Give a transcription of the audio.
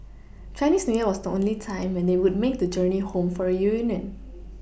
Chinese new year was the only time when they would make the journey home for a reunion